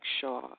Shaw